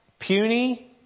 puny